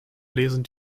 lesen